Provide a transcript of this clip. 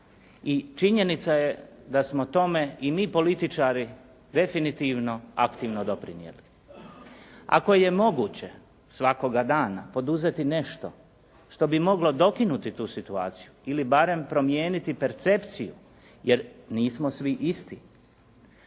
i činjenica je da smo tome i mi političari definitivno aktivno doprinijeli. Ako je moguće svakako dana poduzeti nešto što bi moglo dokinuti tu situaciju ili barem promijeniti percepciju, jer nismo svi isti,